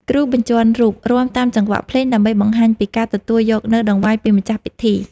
គ្រូបញ្ជាន់រូបរាំតាមចង្វាក់ភ្លេង ដើម្បីបង្ហាញពីការទទួលយកនូវដង្វាយពីម្ចាស់ពិធី។